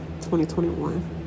2021